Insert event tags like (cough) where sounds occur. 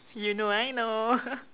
you know I know (laughs)